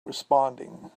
responding